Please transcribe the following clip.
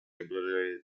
obliterated